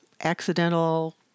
accidental